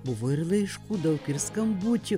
buvo ir laiškų daug ir skambučių